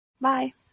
Bye